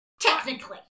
Technically